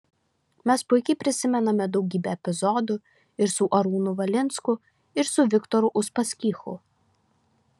mes puikiai prisimename daugybę epizodų ir su arūnu valinsku ir su viktoru uspaskichu